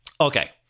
Okay